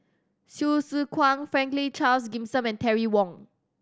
Hsu Tse Kwang Franklin Charles Gimson and Terry Wong